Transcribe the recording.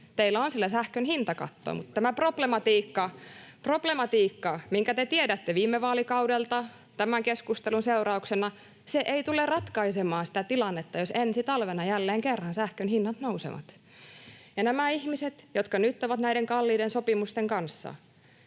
Teillä on siellä sähkön hintakatto, mutta tätä problematiikkaa, minkä te tiedätte viime vaalikaudelta tämän keskustelun seurauksena, se ei tule ratkaisemaan, jos ensi talvena jälleen kerran sähkön hinnat nousevat. Ja näiden ihmisten tilannetta, jotka nyt ovat näiden kalliiden sopimusten kanssa,